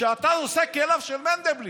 אתה נושא כליו של מנדלבליט.